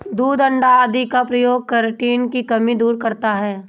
दूध अण्डा आदि का प्रयोग केराटिन की कमी दूर करता है